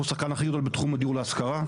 אנחנו השחקן הכי גדול בתחום הדיור להשכרה,